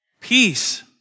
Peace